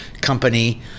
company